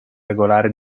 regolare